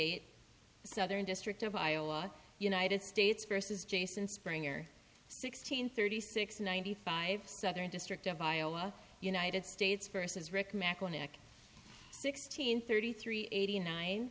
eight southern district of iowa united states versus jason springer sixteen thirty six ninety five southern district of iowa united states versus rick mcclintock sixteen thirty three eighty nine